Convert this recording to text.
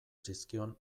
zizkion